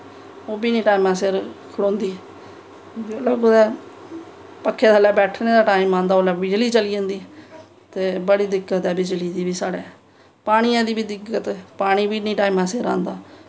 ओह् बी नी टैमां सिर खड़ोंदी चलो कुदै पक्खे थल्लै बैठने दा टाइम आंदा ओल्लै बिजली चली जांदी ते बड़ी दिक्कत ऐ बिजली दी बी साढ़े पानियें दी बी दिक्कत पानी बी निं टैमां सिर आंदा